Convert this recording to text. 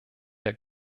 der